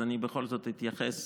אני בכל זאת אתייחס